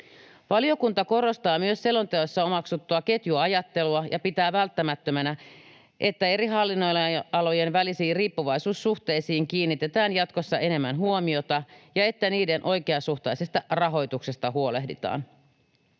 Valiokunta korostaa myös selonteossa omaksuttua ketjuajattelua ja pitää välttämättömänä, että eri hallinnonalojen välisiin riippuvaisuussuhteisiin kiinnitetään jatkossa enemmän huomiota ja että niiden oikeasuhtaisesta rahoituksesta huolehditaan.